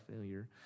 failure